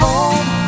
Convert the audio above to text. Home